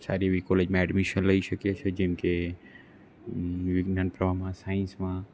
સારી એવી કોલેજમાં એડમિશન લઈ શકીએ છીએ જેમકે વિજ્ઞાન પ્રવાહમાં સાયન્સમાં